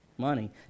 money